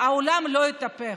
בסדר, העולם לא התהפך.